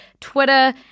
twitter